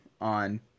on –